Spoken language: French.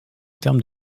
termes